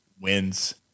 wins